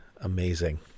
Amazing